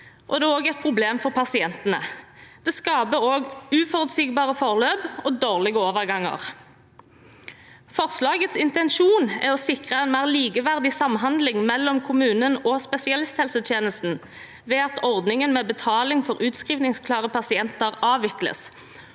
det er et problem for pasientene. Det skaper uforutsigbare forløp og dårlige overganger. Forslagets intensjon er å sikre en mer likeverdig samhandling mellom kommunen og spesialisthelsetjenesten ved at ordningen med betaling for utskrivningsklare pasienter avvikles.